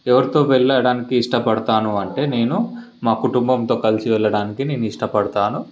ఎవరితో వెళ్ళడానికి ఇష్టపడతాను అంటే నేను మా కుటుంబంతో కలిసి వెళ్ళడానికి నేను ఇష్టపడతాను